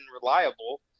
reliable